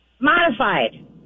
modified